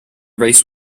race